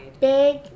big